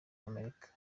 amerika